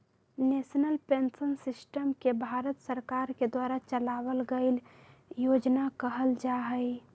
national pension system के भारत सरकार के द्वारा चलावल गइल योजना कहल जा हई